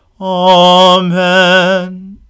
Amen